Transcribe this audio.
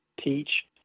teach